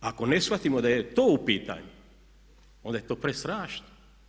Ako ne shvatimo da je to u pitanju onda je to prestrašno.